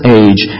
age